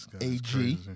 AG